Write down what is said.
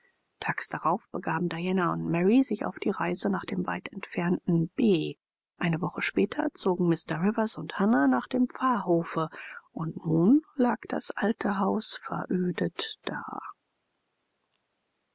tags darauf begaben diana und mary sich auf die reise nach dem weit entfernten b eine woche später zogen mr rivers und hannah nach dem pfarrhofe und nun lag das alte haus verödet da